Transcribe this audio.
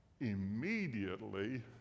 Immediately